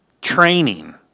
training